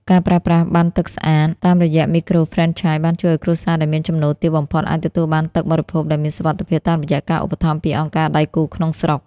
ការប្រើប្រាស់ "ប័ណ្ណទឹកស្អាត" តាមរយៈមីក្រូហ្វ្រេនឆាយ បានជួយឱ្យគ្រួសារដែលមានចំណូលទាបបំផុត អាចទទួលបានទឹកបរិភោគដែលមានសុវត្ថិភាព តាមរយៈការឧបត្ថម្ភពីអង្គការដៃគូក្នុងស្រុក។